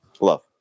Love